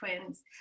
twins